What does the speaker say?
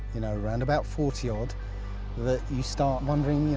you know, around about forty odd that you start wondering, you